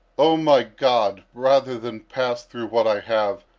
oh, my god! rather than pass through what i have,